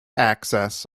access